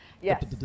Yes